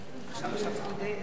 חוק לתיקון פקודת מס הכנסה (מס' 194),